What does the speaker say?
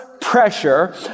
pressure